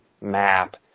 map